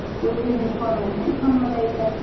we're using formal and informal data,